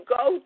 go